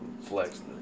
flex